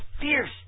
fierce